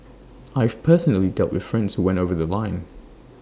I've personally dealt with friends who went over The Line